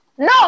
No